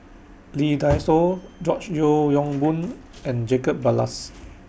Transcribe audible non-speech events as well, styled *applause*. *noise* Lee Dai Soh George Yeo Yong Boon and Jacob Ballas